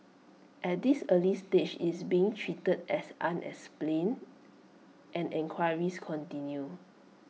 at this early stage it's being treated as unexplained and enquiries continue